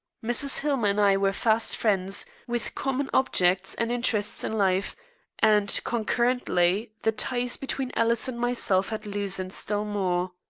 mrs. hillmer and i were fast friends, with common objects and interests in life and, concurrently, the ties between alice and myself had loosened still more.